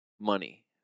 Money